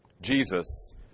Jesus